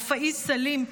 או פאיז סאלים,